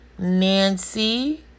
Nancy